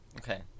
Okay